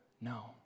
No